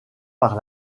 par